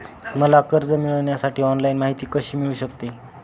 मला कर्ज मिळविण्यासाठी ऑनलाइन माहिती कशी मिळू शकते?